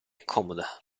comoda